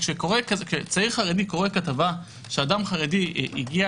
כשצעיר חרדי קורא כתבה שאדם חרדי הגיע